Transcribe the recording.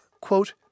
quote